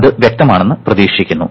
അത് വ്യക്തമാണെന്ന് പ്രതീക്ഷിക്കുന്നു